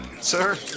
Sir